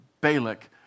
Balak